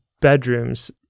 bedrooms